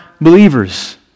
believers